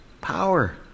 Power